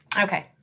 Okay